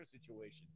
situation